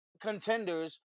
contenders